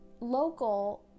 local